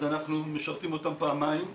אז אנחנו משרתים אותם פעמיים,